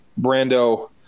Brando